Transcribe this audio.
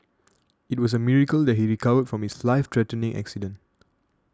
it was a miracle that he recovered from his life threatening accident